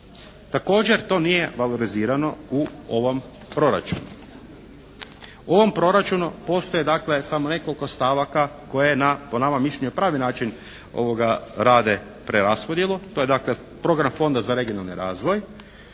Također to nije valorizirano u ovom proračunu. U ovom proračunu postoji dakle samo nekoliko stavaka koje po našem mišljenju na pravi način rade preraspodjelu. To je dakle program Fonda za regionalni razvoj